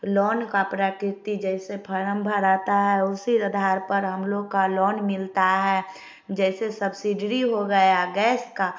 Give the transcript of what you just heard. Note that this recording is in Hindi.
लोन का प्रतिती जैसे फॉर्म भर आता है उसी आधार पर हम लोग का लोन मिलता है जैसे सब्सिडियरी हो गया गैस का